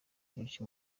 gutyo